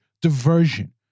diversion